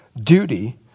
duty